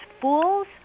fools